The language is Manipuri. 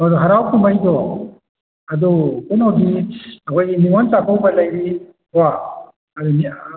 ꯑꯗꯣ ꯍꯔꯥꯎ ꯀꯨꯝꯍꯩꯗꯣ ꯑꯗꯨ ꯀꯩꯅꯣꯗꯤ ꯑꯩꯈꯣꯏ ꯅꯤꯡꯉꯣꯟ ꯆꯥꯛꯀꯧꯕ ꯂꯩꯔꯤ ꯀꯣ ꯑꯗꯒꯤ ꯑꯥ